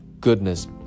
goodness